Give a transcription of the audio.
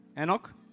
Enoch